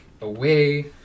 away